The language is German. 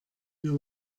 wir